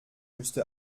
müsste